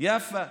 ביפו.